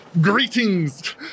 Greetings